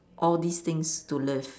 all these things to live